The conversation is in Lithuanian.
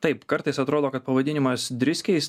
taip kartais atrodo kad pavadinimas driskiais